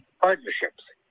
partnerships